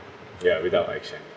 ya without action